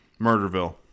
Murderville